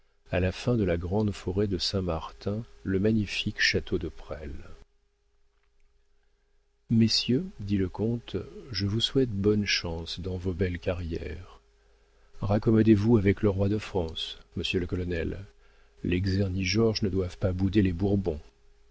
à la fin de la grande forêt de saint-martin le magnifique château de presles messieurs dit le comte je vous souhaite bonnes chances dans vos belles carrières raccommodez vous avec le roi de france monsieur le colonel les czerni georges ne doivent pas bouder les bourbons